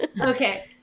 okay